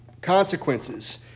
consequences